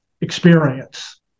experience